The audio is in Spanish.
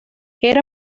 era